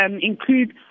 include